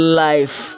life